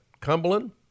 Cumberland